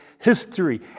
history